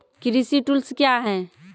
कृषि टुल्स क्या हैं?